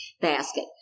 basket